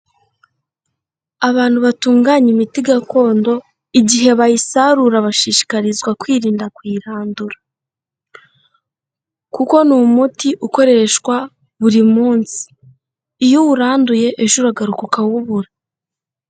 Abantu batunganya imiti gakondo, igihe bayisarura bashishikarizwa kwirinda kuyirandura. Kuko ni umuti ukoreshwa buri munsi. Iyo uwuranduye, ejo uragaruka ukawubura.